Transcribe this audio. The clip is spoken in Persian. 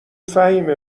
فهیمه